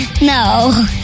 No